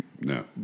No